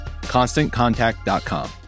constantcontact.com